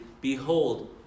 Behold